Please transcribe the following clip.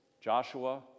Joshua